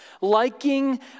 Liking